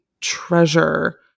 treasure